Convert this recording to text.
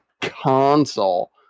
console